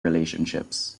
relationships